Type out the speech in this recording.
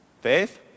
Faith